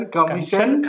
Commission